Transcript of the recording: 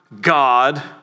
God